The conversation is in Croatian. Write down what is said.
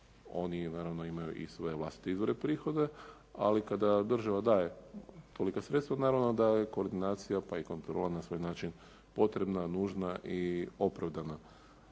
Oni naravno imaju i svoje vlastite izvore prihoda, ali kada država daje tolika sredstva naravno da je koordinacija pa i kontrola na svoj način potrebna, nužna i opravdana.